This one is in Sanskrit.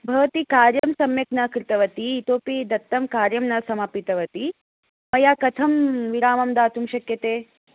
भवती कार्यं सम्यक् न कृतवती इतोपि दत्तं कार्यं न समापितवती मया कथं विरामं दातुं शक्यते